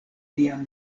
lian